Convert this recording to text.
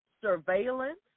surveillance